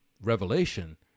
Revelation